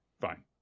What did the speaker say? fine